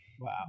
Wow